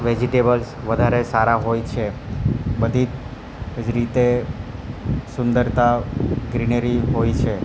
vegetables વધારે સારા હોય છે બધી જ રીતે સુંદરતા ગ્રીનરી હોય છે